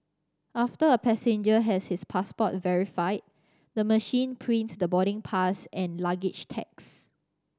after a passenger has his passport verified the machine prints the boarding pass and luggage tags